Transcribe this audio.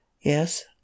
Yes